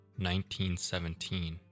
1917